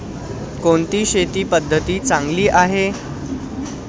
कोणती शेती पद्धती चांगली आहे?